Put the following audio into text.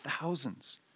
thousands